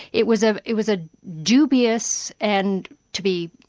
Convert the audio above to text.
it was ah it was a dubious and to be,